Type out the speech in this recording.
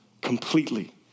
completely